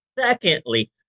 Secondly